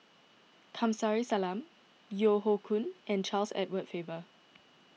Kamsari Salam Yeo Hoe Koon and Charles Edward Faber